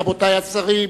רבותי השרים,